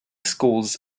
schools